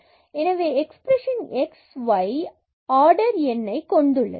எனவே expression x மற்றும் y order nஐ கொண்டுள்ளது